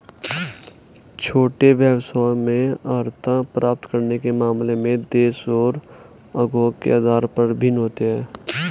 छोटे व्यवसायों में अर्हता प्राप्त करने के मामले में देश और उद्योग के आधार पर भिन्न होता है